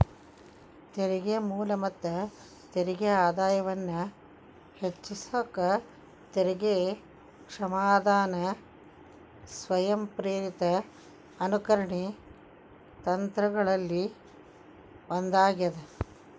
ತೆರಿಗೆ ಮೂಲ ಮತ್ತ ತೆರಿಗೆ ಆದಾಯವನ್ನ ಹೆಚ್ಚಿಸಕ ತೆರಿಗೆ ಕ್ಷಮಾದಾನ ಸ್ವಯಂಪ್ರೇರಿತ ಅನುಸರಣೆ ತಂತ್ರಗಳಲ್ಲಿ ಒಂದಾಗ್ಯದ